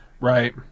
Right